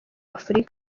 afrika